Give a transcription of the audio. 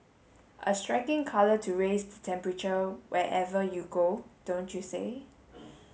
a striking colour to raise the temperature wherever you go don't you say